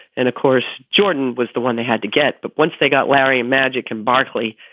and of course, jordan was the one they had to get. but once they got larry magic and barkley,